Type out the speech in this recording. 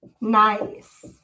nice